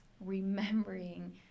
remembering